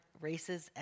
races